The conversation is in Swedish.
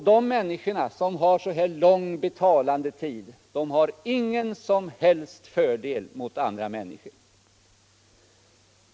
De människor som har så lång betalandetid har ingen som helst fördel gentemot andra människor.